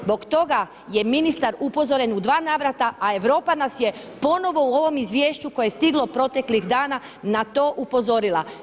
Zbog toga je ministar upozoren u dva navrata a Europa nas je ponovno u ovom izvješću koje stiglo proteklih dana na to upozorila.